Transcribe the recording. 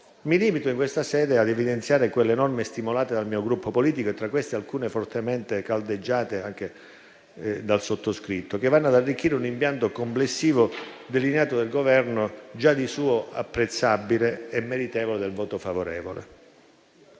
Mi limito in questa sede a evidenziare le norme stimolate dal mio Gruppo politico e tra queste alcune fortemente caldeggiate anche dal sottoscritto, che vanno ad arricchire un impianto complessivo delineato dal Governo già di suo apprezzabile e meritevole del voto favorevole.